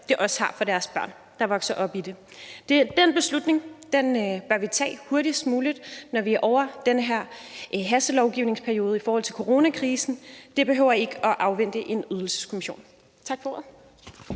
det også har for deres børn, der vokser op i det. Den beslutning bør vi tage hurtigst muligt, når vi er ovre den her hastelovgivningsperiode i forhold til coronakrisen; den behøver ikke afvente en Ydelseskommission. Tak for ordet.